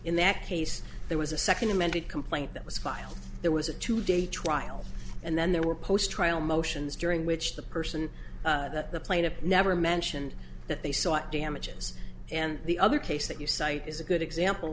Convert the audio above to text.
in that case there was a second amended complaint that was filed there was a two day trial and then there were post trial motions during which the person that the plaintiff never mention and that they sought damages and the other case that you cite is a good example